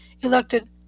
elected